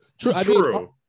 True